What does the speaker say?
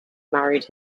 married